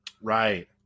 Right